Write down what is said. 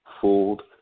fooled